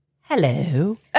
Hello